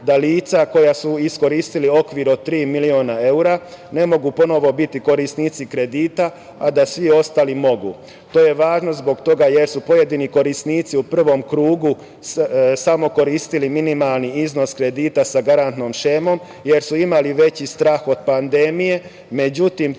da lica koja su iskoristila okvir od tri miliona evra ne mogu ponovo biti korisnici kredita, a da svi ostali mogu. To je važno zbog toga, jer su pojedini korisnici u prvom krugu samo koristili minimalni iznos kredita sa garantnom šemom, jer su imali veći strah od pandemije, međutim,